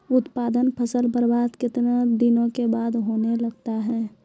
उत्पादन फसल बबार्द कितने दिनों के बाद होने लगता हैं?